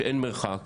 שאין מרחק,